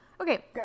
Okay